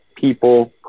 people